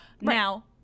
now